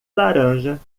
laranja